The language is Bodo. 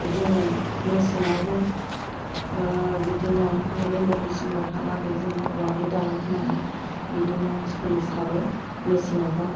जोङो मेसेङावबो बिदिनो नभेम्बर डिसिम्बर हा लागै जोङो औवानि दालां होनानै बिदिनो सलिसाबो मेसेङावबा